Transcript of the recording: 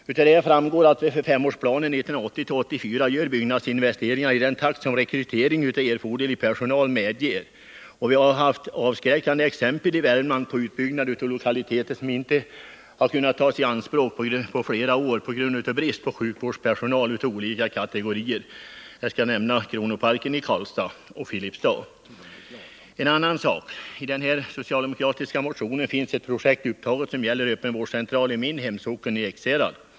Av det anförda framgår att vi för femårsplanen 1980-1984 gör byggnadsinvesteringar i den takt som rekrytering av erforderlig personal medger. Vi har haft avskräckande exempel i Värmland på utbyggnad av lokaliteter som ej kunnat tas i bruk på flera år på grund av brist på sjukvårdspersonal av olika kategorier. Det gäller t.ex. Kronoparken i Karlstad samt Filipstad. En annan sak: I den socialdemokratiska motionen finns ett projekt upptaget som gäller öppenvårdscentral i min hemsocken Ekshärad.